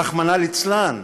רחמנא ליצלן.